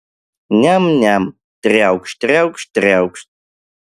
niam niam triaukšt triaukšt triaukšt